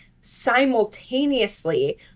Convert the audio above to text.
simultaneously